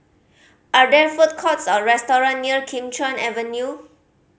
are there food courts or restaurants near Kim Chuan Avenue